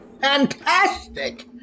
Fantastic